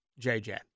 JJ